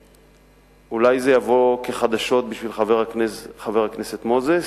ואולי זה יבוא כחדשות בשביל חבר הכנסת מוזס,